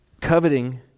Coveting